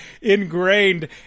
ingrained